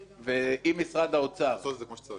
ואם משרד האוצר עם